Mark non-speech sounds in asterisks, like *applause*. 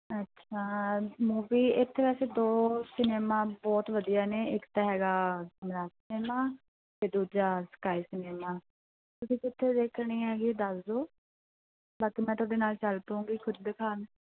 ਅੱਛਾ ਮੂਵੀ ਇੱਥੇ ਵੈਸੇ ਦੋ ਸਿਨੇਮਾ ਬਹੁਤ ਵਧੀਆ ਨੇ ਇੱਕ ਤਾਂ ਹੈਗਾ *unintelligible* ਸਿਨੇਮਾ ਅਤੇ ਦੂਜਾ ਸਕਾਈ ਸਿਨਮਾ ਤੁਸੀਂ ਕਿੱਥੇ ਦੇਖਣੀ ਹੈਗੀ ਦੱਸ ਦਿਓ ਬਾਕੀ ਮੈਂ ਤੁਹਾਡੇ ਨਾਲ ਚਲ ਪਊਂਗੀ ਖੁਦ ਦਿਖਾਉਣ